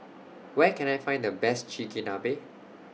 Where Can I Find The Best Chigenabe